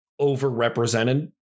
overrepresented